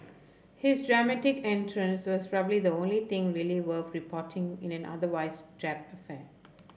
his dramatic entrance was probably the only thing really worth reporting in an otherwise drab affair